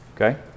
Okay